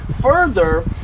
Further